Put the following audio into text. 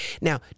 Now